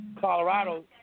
Colorado